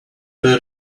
were